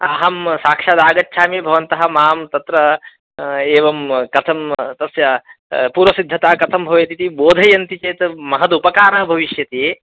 अहं साक्षात् आगच्छामि भवन्तः माम् तत्र एवं कथं तस्य पूर्वसिद्धता कथं भवेतिति बोधयन्ति चेत् महदुपकारः भविष्यति